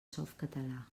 softcatalà